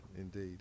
indeed